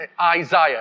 Isaiah